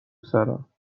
سرم